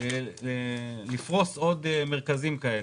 לפרוס עוד מרכזים כאלה.